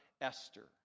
Esther